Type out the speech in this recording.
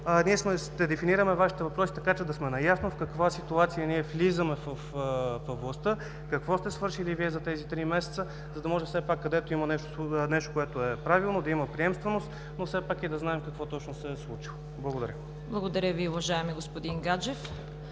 ще дефинираме Вашите въпроси така, че да сме наясно в каква ситуация влизаме във властта, какво сте свършили Вие за тези три месеца, за да може където има нещо, което е правилно, да има приемственост, но и да знаем какво точно се е случило. Благодаря. ПРЕДСЕДАТЕЛ ЦВЕТА КАРАЯНЧЕВА: Благодаря Ви, уважаеми господин Гаджев.